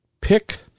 pick